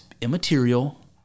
immaterial